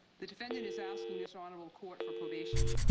the defendant is asking this honorable court for probation,